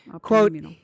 quote